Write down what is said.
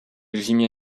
jimmy